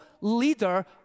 leader